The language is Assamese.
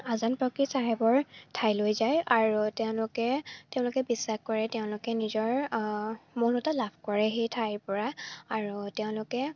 আজান ফকীৰ চাহেবৰ ঠাইলৈ যায় আৰু তেওঁলোকে তেওঁলোকে বিশ্বাস কৰে তেওঁলোকে নিজৰ মৌনতা লাভ কৰে সেই ঠাইৰ পৰা আৰু তেওঁলোকে